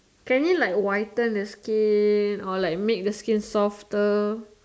can you like whiten your skin or like make the skin softer